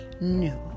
new